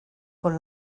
con